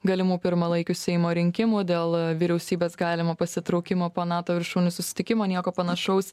galimų pirmalaikių seimo rinkimų dėl vyriausybės galimo pasitraukimo po nato viršūnių susitikimo nieko panašaus